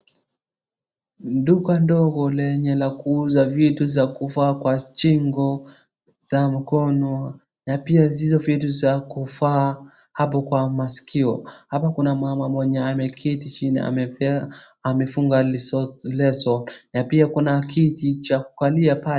Duka ndogo lenye la kuuza vitu za kuvaa kwa shingo, za mkono na pia hizo vitu za kuvaa hapo kwa masikio. Hapa kuna mama mwenye ameketi chini amevaa amefunga leso. Na pia kuna kiti cha kukalia pale.